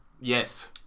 Yes